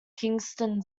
kingston